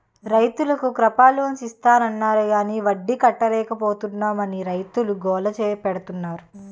రైతులకు crop loans ఇస్తాన్నారు గాని వడ్డీ కట్టలేపోతున్నాం అని రైతులు గోల పెడతన్నారు